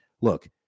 Look